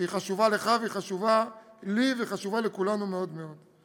שהיא חשובה לך והיא חשובה לי והיא חשובה לכולנו מאוד מאוד.